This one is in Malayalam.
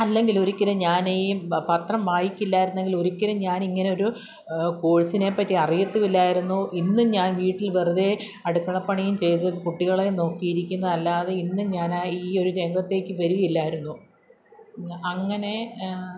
അല്ലെങ്കിലൊരിക്കലും ഞാൻ ഈ പത്രം വായിക്കില്ലായിരുന്നെങ്കിൽ ഒരിക്കലും ഞാനിങ്ങനെയൊരു കോഴ്സിനെപ്പറ്റി അറിയത്തും ഇല്ലായിരുന്നു ഇന്നു ഞാൻ വീട്ടിൽ വെറുതെ അടുക്കളപ്പണിയും ചെയ്തു കുട്ടികളേയും നോക്കി ഇരിക്കുന്നത് അല്ലാതെ ഇന്ന് ഞാൻ ഈ ഒരു രംഗത്തേക്ക് വരിക ഇല്ലായിരുന്നു അങ്ങനെ